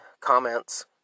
comments